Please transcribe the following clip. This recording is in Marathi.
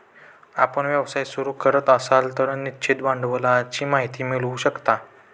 आपण व्यवसाय सुरू करत असाल तर निश्चित भांडवलाची माहिती मिळवू शकता